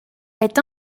est